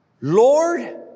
Lord